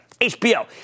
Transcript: HBO